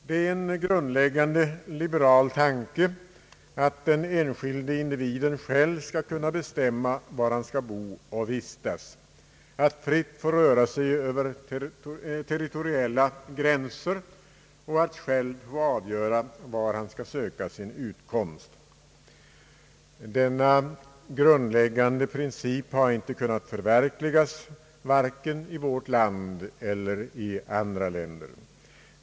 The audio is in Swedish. Det är en grundläggande liberal tanke att den enskilde individen själv skall kunna bestämma var han skall bo och vistas, att fritt få röra sig över territoriella gränser och att själv få avgöra var han skall söka sin utkomst. Denna grundläggande princip har inte kunnat förverkligas vare sig i vårt land eller i andra länder.